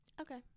Okay